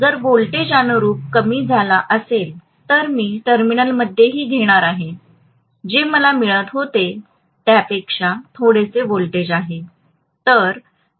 जर व्होल्टेज अनुरुप कमी झाला असेल तर मी टर्मिनलमध्येही घेणार आहे जे मला मिळत होते त्यापेक्षा थोडेसे व्होल्टेज आहे